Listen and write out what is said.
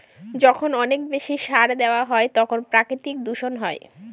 যখন অনেক বেশি সার দেওয়া হয় তখন প্রাকৃতিক দূষণ হয়